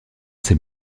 ces